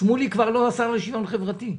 שמולי הוא כבר לא השר לשוויון חברתי,